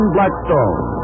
Blackstone